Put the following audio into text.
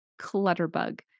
CLUTTERBUG